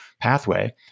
pathway